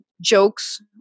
jokes